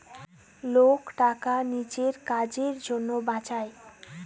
লোক টাকা নিজের কাজের জন্য বাঁচায়